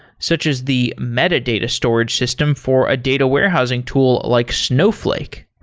such as the metadata storage system for a data warehousing tool like snowflake.